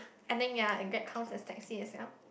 I think ya Grab counts as taxi as well